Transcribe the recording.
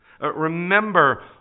Remember